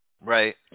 Right